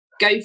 go